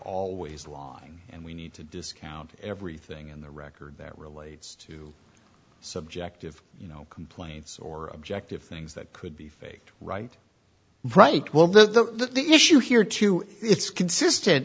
always lying and we need to discount everything in the record that relates to subjective you know complaints or objective things that could be faked right right well the issue here too it's consistent